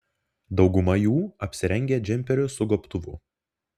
dauguma jų apsirengę džemperiu su gobtuvu